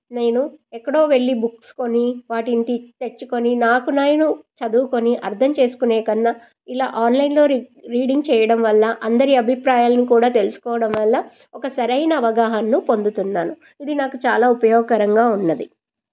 నేను ఎక్కడో వెళ్ళి బుక్స్ కొని వాటిని ఇంటి తెచ్చుకొని నాకు నేను చదువుకొని అర్థం చేసుకునేకన్నా ఇలా ఆన్లైన్లో రీ రీడింగ్ చేయడం వల్ల అందరి అభిప్రాయాలను కూడా తెలుసుకోవడం వల్ల ఒక సరైన అవగాహనను పొందుతున్నాను ఇది నాకు చాలా ఉపయోగకరంగా ఉన్నది